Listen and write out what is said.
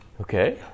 Okay